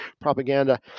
propaganda